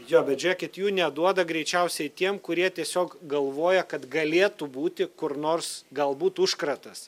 jo bet žiūrėkit jų neduoda greičiausiai tiem kurie tiesiog galvoja kad galėtų būti kur nors galbūt užkratas